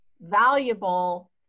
valuable